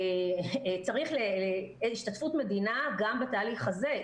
צריך השתתפות של המדינה גם בתהליך הזה.